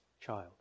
child